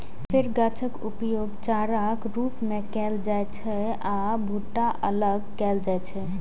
फेर गाछक उपयोग चाराक रूप मे कैल जाइ छै आ भुट्टा अलग कैल जाइ छै